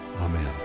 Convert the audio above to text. amen